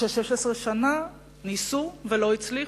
ש-16 שנה ניסו ולא הצליחו.